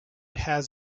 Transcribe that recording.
has